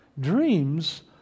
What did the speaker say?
dreams